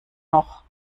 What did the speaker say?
noch